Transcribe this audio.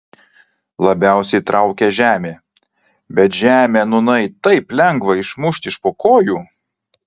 labiausiai traukė žemė bet žemę nūnai taip lengva išmušti iš po kojų